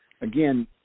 again